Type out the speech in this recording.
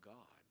God